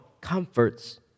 comforts